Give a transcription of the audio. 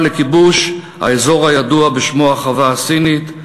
לכיבוש האזור הידוע בשמו החווה הסינית,